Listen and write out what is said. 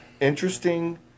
interesting